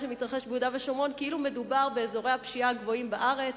שמתרחש ביהודה ושומרון כאילו מדובר באזורי הפשיעה הגבוהים בארץ,